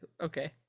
Okay